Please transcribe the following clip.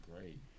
great